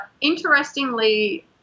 interestingly